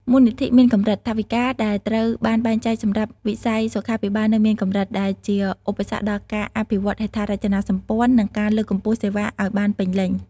មូលនិធិមានកម្រិត ថវិកាដែលត្រូវបានបែងចែកសម្រាប់វិស័យសុខាភិបាលនៅមានកម្រិត ដែលជាឧបសគ្គដល់ការអភិវឌ្ឍហេដ្ឋារចនាសម្ព័ន្ធ និងការលើកកម្ពស់សេវាឱ្យបានពេញលេញ។